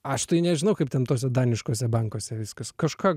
aš tai nežinau kaip ten tuose daniškuose bankuose viskas kažką